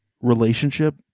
relationship